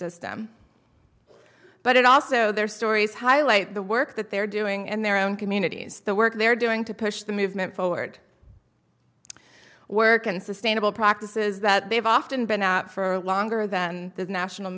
system but it also their stories highlight the work that they're doing and their own communities the work they're doing to push the movement forward work and sustainable practices that they've often been for longer than the national